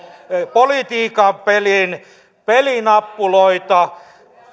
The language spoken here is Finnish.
politiikan pelin pelinappuloita